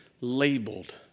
labeled